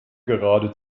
gerade